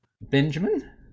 Benjamin